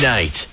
Night